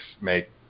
make